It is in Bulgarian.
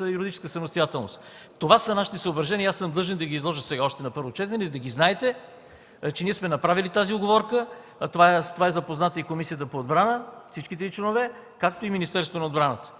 юридическа самостоятелност. Това са нашите съображения и аз съм длъжен да ги изложа сега – още на първо четене, да знаете, че ние сме направили тази уговорка. С това е запозната и Комисията по отбрана – всичките й членове, както и Министерството на отбраната.